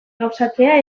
gauzatzea